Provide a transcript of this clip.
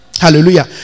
Hallelujah